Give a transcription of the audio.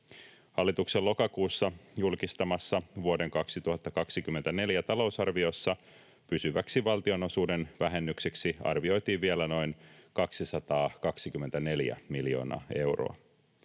Hallituksen lokakuussa julkistamassa vuoden 2024 talousarviossa pysyväksi valtionosuuden vähennykseksi arvioitiin vielä noin 224 miljoonaa euroa.